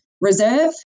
reserve